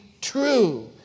true